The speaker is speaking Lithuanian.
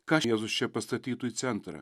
ką jėzus čia pastatytų į centrą